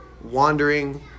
wandering